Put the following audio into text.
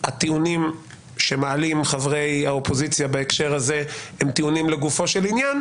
שהטיעונים שמעלים חברי האופוזיציה בהקשר הזה הם טיעונים לגופו של עניין,